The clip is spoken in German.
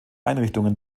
einrichtungen